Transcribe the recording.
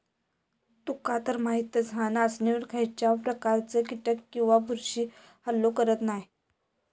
तुकातर माहीतच हा, नाचणीवर खायच्याव प्रकारचे कीटक किंवा बुरशी हल्लो करत नाय